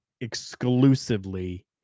exclusively